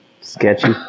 sketchy